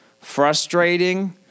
frustrating